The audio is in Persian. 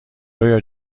رویا